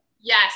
Yes